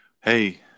Hey